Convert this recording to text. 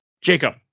Jacob